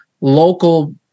local